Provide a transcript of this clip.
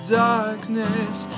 darkness